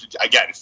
again